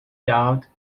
doubt